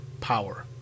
power